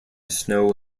snow